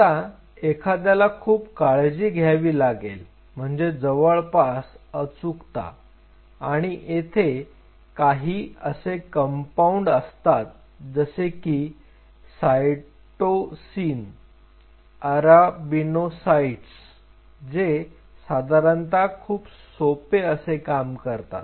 आता एखाद्याला खूप काळजी घ्यावी लागेल म्हणजे जवळपास अचूकता आणि तेथे काही असे कंपाउंड असतात जसे की सायटोसिन अराबिनोसाइट्स जे साधारणतः खूप सोपे असे काम करतात